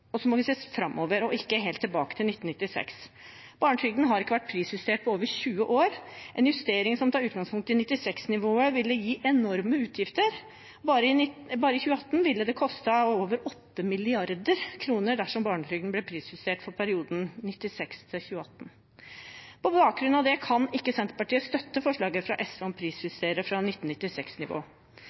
og så må vi se framover og ikke helt tilbake til 1996. Barnetrygden har ikke vært prisjustert på over 20 år. En justering som tar utgangspunkt i 1996-nivået, ville gi enorme utgifter. Bare i 2018 ville det kostet over 8 mrd. kr dersom barnetrygden ble prisjustert for perioden 1996–2018. På bakgrunn av det kan ikke Senterpartiet støtte forslaget fra SV om å prisjustere fra